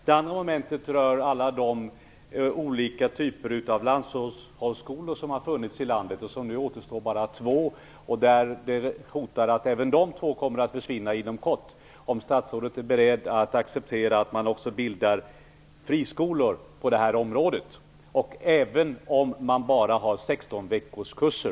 Det andra momentet rör alla de olika typer av lanthushållsskolor som har funnits i landet som det nu endast återstår två av. Även dessa hotas av nedläggning inom kort. Är statsrådet beredd att acceptera att man bildar friskolor på det här området, även om man bara har 16-veckorskurser?